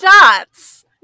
Dots